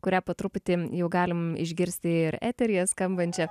kurią po truputį jau galim išgirsti ir eteryje skambančią